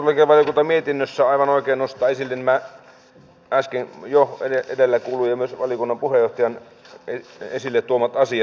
perustuslakivaliokunta mietinnössään aivan oikein nostaa esille nämä äsken jo edellä kuullut ja myös valiokunnan puheenjohtajan esille tuomat asiat